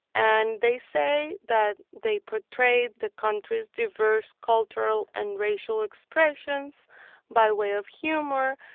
and they say that they portrayed the country's diverse cultural and racial expressions by way of humor.